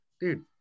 dude